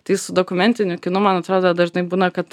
tai su dokumentiniu kinu man atrodo dažnai būna kad